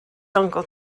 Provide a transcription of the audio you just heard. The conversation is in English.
uncle